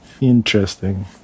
interesting